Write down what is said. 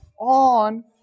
on